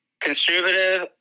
conservative